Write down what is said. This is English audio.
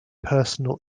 personal